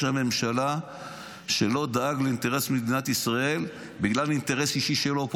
ממשלה שלא דאג לאינטרס של מדינת ישראל בגלל אינטרס אישי שלו,